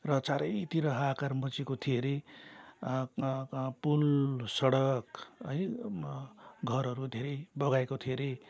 र चारैतिर हाहाकार मचिएको थियो हरे पुल सडक है घरहरू धेरै बगाएको थियो हरे